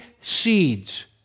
seeds